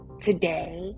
today